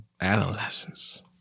Adolescence